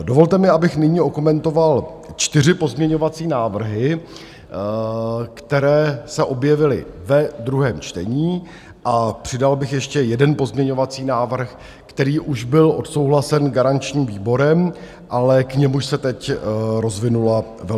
Dovolte mi, abych nyní okomentoval čtyři pozměňovací návrhy, které se objevily ve druhém čtení, a přidal bych ještě jeden pozměňovací návrh, který už byl odsouhlasen garančním výborem, ale k němuž se teď rozvinula velká debata.